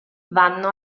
vanno